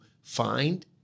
find